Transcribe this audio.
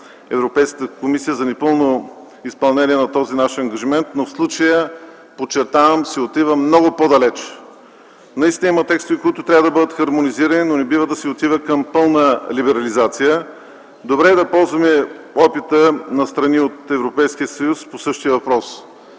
Европейската комисия за непълно изпълнение на този наш ангажимент, но в случая, подчертавам, се отива много по-далеч. Има текстове, които трябва да бъдат хармонизирани, но не бива да се отива към пълна либерализация. Добре е да ползваме опита на страни от Европейския съюз по същия въпрос.